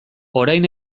orain